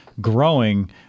growing